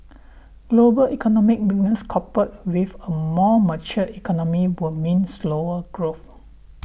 global economic weakness coupled with a more mature economy will mean slower growth